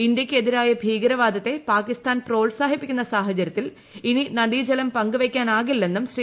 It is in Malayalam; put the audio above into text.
ഇന്ത്യയ്ക്ക് എതിരായ ഭീകരവാദത്തെ പാകിസ്ഥാൻ പ്രോത്സാഹിപ്പിക്കുന്ന സാഹചരൃത്തിൽ ഇനി നദീജലം പങ്കുവെക്കാനാകില്ലെന്നും ശ്രീ